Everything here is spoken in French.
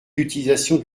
l’utilisation